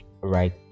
right